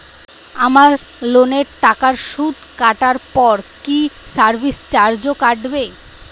আমার লোনের টাকার সুদ কাটারপর কি সার্ভিস চার্জও কাটবে?